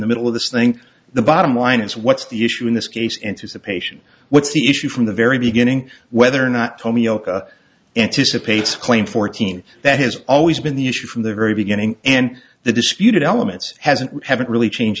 the middle of this thing the bottom line is what's the issue in this case anticipation what's the issue from the very beginning whether or not tomioka anticipates claim fourteen that has always been the issue from the very beginning and the disputed elements hasn't haven't really changed